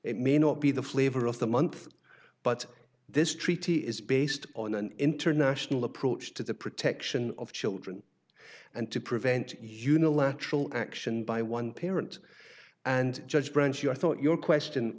it may not be the flavor of the month but this treaty is based on an international approach to the protection of children and to prevent unilateral action by one parent and judge branch your thought your question